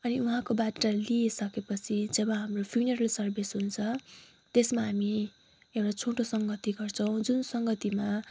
अनि उहाँको बायोडाटा लिइसकेपछि जब हाम्रो फ्युनेरल सर्विस हुन्छ त्यसमा हामी एउटा छोटो संगति गर्छौँ जुन संगतिमा